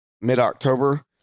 mid-October